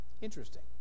Interesting